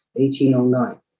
1809